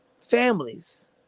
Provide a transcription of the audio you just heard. families